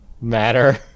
matter